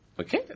okay